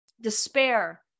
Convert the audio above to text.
despair